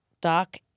Doc